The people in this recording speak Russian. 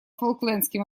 фолклендским